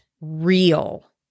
real